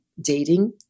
dating